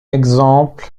exemple